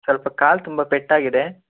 ಸ್ವಲ್ಪ ಕಾಲು ತುಂಬ ಪೆಟ್ಟಾಗಿದೆ